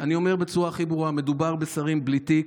אני אומר בצורה הכי ברורה: מדובר בשרים בלי תיק.